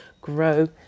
grow